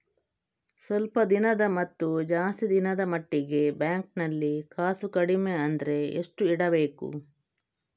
ಸ್ವಲ್ಪ ದಿನದ ಮತ್ತು ಜಾಸ್ತಿ ದಿನದ ಮಟ್ಟಿಗೆ ಬ್ಯಾಂಕ್ ನಲ್ಲಿ ಕಾಸು ಕಡಿಮೆ ಅಂದ್ರೆ ಎಷ್ಟು ಇಡಬೇಕು?